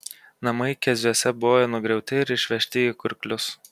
namai keziuose buvo nugriauti ir išvežti į kurklius